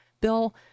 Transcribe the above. bill